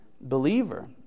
believer